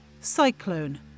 Cyclone